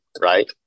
right